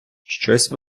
щось